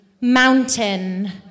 Mountain